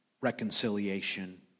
reconciliation